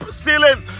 stealing